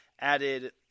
added